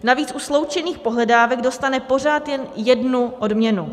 Navíc u sloučených pohledávek dostane pořád jen jednu odměnu.